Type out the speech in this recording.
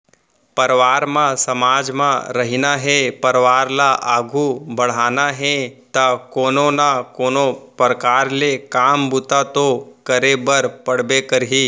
परवार म समाज म रहिना हे परवार ल आघू बड़हाना हे ता कोनो ना कोनो परकार ले काम बूता तो करे बर पड़बे करही